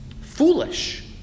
foolish